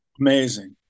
Amazing